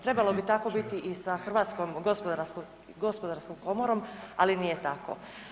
Trebalo bi tako biti i sa Hrvatskom gospodarskom komorom, ali nije tako.